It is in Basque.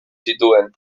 zituen